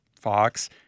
Fox